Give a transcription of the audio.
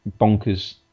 bonkers